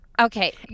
Okay